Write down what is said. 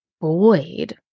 void